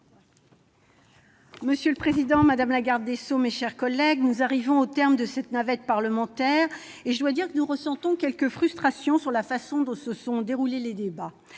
Monsieur le président, madame la garde des sceaux, mes chers collègues, nous arrivons au terme de cette navette parlementaire, et, je dois le dire, nous ressentons quelque frustration liée à la façon dont se sont déroulés les débats.